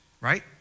right